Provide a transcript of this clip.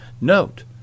Note